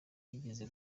yigeze